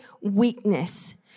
weakness